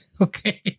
Okay